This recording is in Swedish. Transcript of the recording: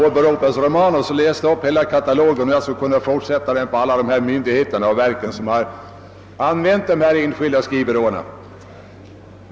Herr Romanus läste upp en hel katalog — och jag skulle kunna fortsätta på alla de myndigheter och verk som anlitat de enskilda skrivbyråerna.